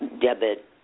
debit